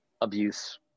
abuse